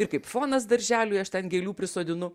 kaip fonas darželiui aš ten gėlių prisodinu